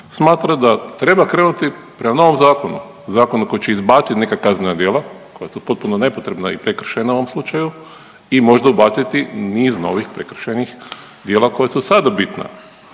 smatra da treba krenuti prema novom zakonu. Zakonu koji će izbaciti neka kaznena djela koja su potpuno nepotrebna i prekršajna u ovom slučaju i možda ubaciti niz novih prekršajnih djela koja su sada bitna.